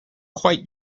quite